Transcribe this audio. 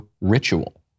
ritual